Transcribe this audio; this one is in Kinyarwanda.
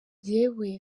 njyewe